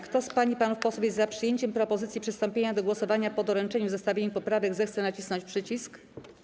Kto z pań i panów posłów jest za przyjęciem propozycji przystąpienia do głosowania po doręczeniu zestawienia poprawek, zechce nacisnąć przycisk.